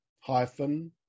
hyphen